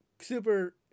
Super